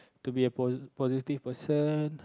to be a pos~ positive person